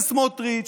לסמוטריץ',